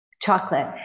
chocolate